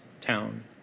town